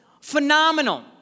phenomenal